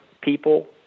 people